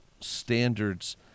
standards